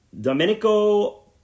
Domenico